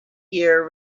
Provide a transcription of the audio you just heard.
year